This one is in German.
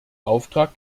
auftrag